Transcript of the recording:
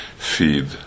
feed